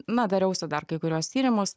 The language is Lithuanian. na dariausi dar kai kuriuos tyrimus